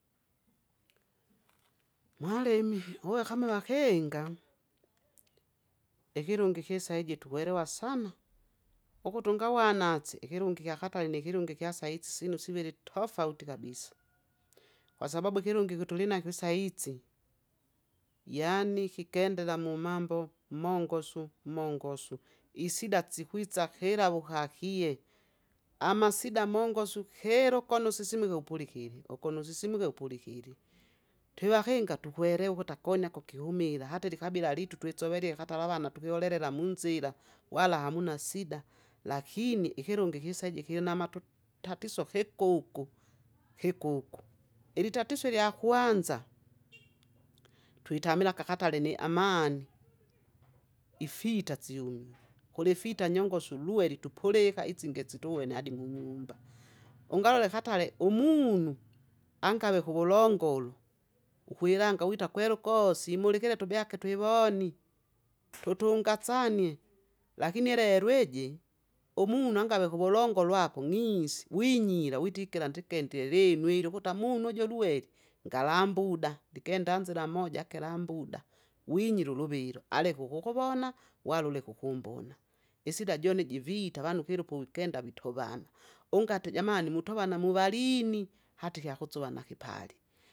Mwalimi, uve kama vakinga, ikilungi ikisaiji tukwelewa sana, ukutu ungawanase ikilungi ikyakare nikilungi ikyasaisi syinu siviri tofauti kabisa. Kwasabau ikilungi iki tulinakyo saisi, yaani kikendela mumambo mongosu mongosu, isida sikwisa kirawu ukakie, amasida mongosu kira ukona iusisimuke upulikiri ukono usisimuke upulikiri. Twivakinga tukwelewa ukuti akoni ako kihumila hata ilikabila lyitu twisovelie katara avana tukiolelela munzira, wala hamuna sida, lakini ikilungi kisaje kilinamatu- tatizo kikuku kikuku. Ilitatoiso ilyakwanza, twitamila akakatre ni amani, ifita siumile, kulifita nyongosu lueli tupulika isinge situwene hadi munyumba, ungalole katare umunu, angave kuvulongolu, ukwilanga wita kwelukosi imulikire tubyake twivoni tutungasanie. Lakini ilelo iji, umunu angave kuvulongoro ako ng'isi, winyira witikira ndikendie lino ilyo ukuta amunu uju lueli ngalambuda, ndikenda nzira moja kilambuda. Winyira uluvilo aleke ukukuvona wala uleke ukumbona, isida jone iji vita avanu kilo po- wikenda vitovana, ungati jamani mutovana muvalini, hata ikyakusuva nakupali.